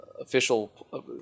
official